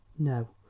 no,